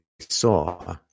saw